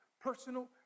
personal